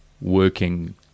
working